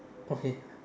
okay